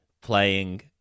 playing